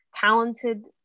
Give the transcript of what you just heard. Talented